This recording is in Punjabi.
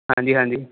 ਹਾਂਜੀ ਹਾਂਜੀ